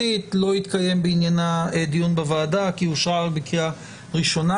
לא התקיים דיון בהצעה הממשלתית בוועדה כי היא אושרה רק בקריאה ראשונה,